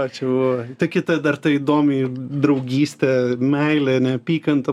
o čia buvo ta kita dar ta įdomi jų draugystė meilė neapykanta